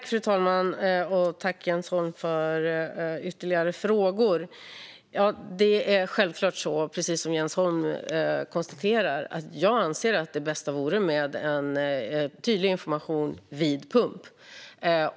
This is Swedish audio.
Fru talman! Tack, Jens Holm, för ytterligare frågor! Jag anser, precis som Jens Holm, att det bästa vore en tydlig information vid pump.